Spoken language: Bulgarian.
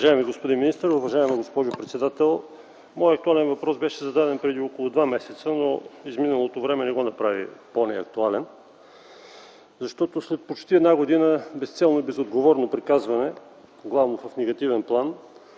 Уважаеми господин министър, уважаема госпожо председател! Моят актуален въпрос беше зададен преди около два месеца, но изминалото време не го направи по-неактуален. Защото след почти една година безцелно и безотговорно приказване главно в негативен план